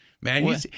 man